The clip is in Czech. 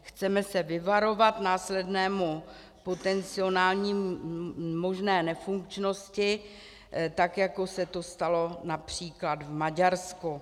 Chceme se vyvarovat následné potenciální možné nefunkčnosti, tak jako se to stalo například v Maďarsku.